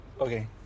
Okay